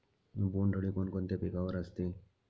बोंडअळी कोणकोणत्या पिकावर असते?